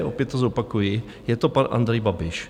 Opět to zopakuji, je to pan Andrej Babiš.